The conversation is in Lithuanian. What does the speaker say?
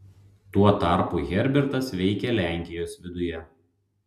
tuo tarpu herbertas veikė lenkijos viduje